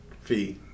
fee